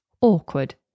awkward